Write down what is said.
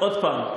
עוד פעם,